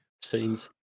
Scenes